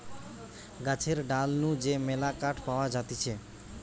গাছের ডাল নু যে মেলা কাঠ পাওয়া যাতিছে